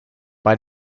bei